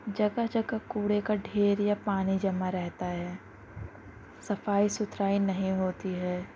جگہ جگہ کوڑے کا ڈھیر یا پانی جمع رہتا ہے صفائی ستھرائی نہیں ہوتی ہے